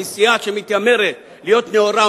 מסיעה שמתיימרת להיות נאורה,